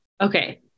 Okay